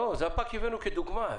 את הזפת הבאנו כדוגמה.